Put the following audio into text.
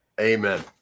Amen